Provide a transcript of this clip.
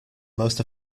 most